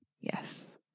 Yes